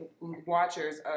watchers